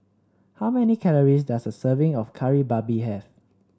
how many calories does a serving of Kari Babi have